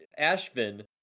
Ashvin